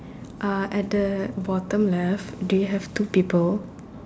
uh at the bottom left do you have two people